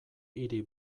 hiri